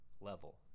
level